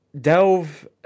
Delve